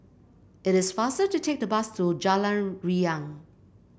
it is faster to take the bus to Jalan Riang